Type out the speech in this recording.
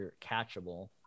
catchable